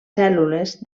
cèl·lules